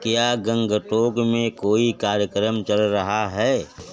क्या गैंगटॉक में कोई कार्यक्रम चल रहा है